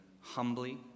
humbly